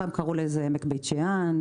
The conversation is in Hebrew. פעם קראו לזה עמק בית שאן,